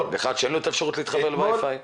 מישהו שאין לו אפשרות להתחבר לווייפיי?